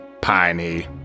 piney